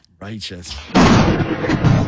Righteous